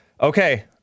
Okay